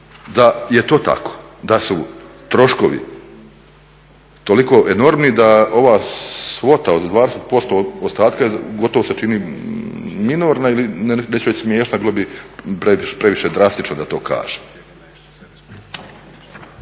da je to tako, da su troškovi toliko enormni da ova svota od 20% ostatka je gotovo se čini minorna ili neću reći smiješna, bilo bi previše drastično da to kažem.